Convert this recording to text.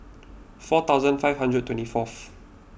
four thousand five hundred and twenty four